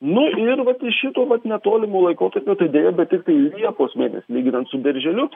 nu ir vat iš šito vat netolimo laikotarpio tai deja bet tiktai liepos mėnesį lyginant su birželiu